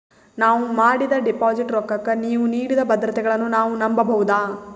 ನಾವು ಮಾಡಿದ ಡಿಪಾಜಿಟ್ ರೊಕ್ಕಕ್ಕ ನೀವು ನೀಡಿದ ಭದ್ರತೆಗಳನ್ನು ನಾವು ನಂಬಬಹುದಾ?